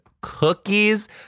cookies